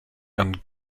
and